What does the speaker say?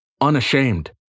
unashamed